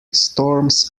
storms